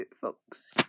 folks